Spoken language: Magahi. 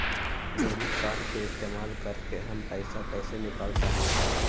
डेबिट कार्ड के इस्तेमाल करके हम पैईसा कईसे निकाल सकलि ह?